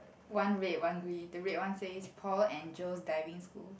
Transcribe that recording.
one red one green the red one says Paul and Joe's Diving School